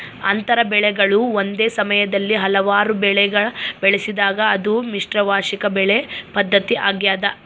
ಅಂತರ ಬೆಳೆಗಳು ಒಂದೇ ಸಮಯದಲ್ಲಿ ಹಲವಾರು ಬೆಳೆಗ ಬೆಳೆಸಿದಾಗ ಅದು ಮಿಶ್ರ ವಾರ್ಷಿಕ ಬೆಳೆ ಪದ್ಧತಿ ಆಗ್ಯದ